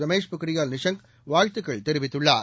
ரமேஷ் பொக்ரியால் நிஷாங் வாழ்த்துக்கள் தெரிவித்துள்ளார்